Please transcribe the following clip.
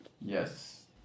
Yes